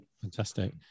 fantastic